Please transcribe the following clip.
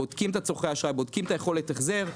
בודקים את צורכי האשראי, את יכולת ההחזר.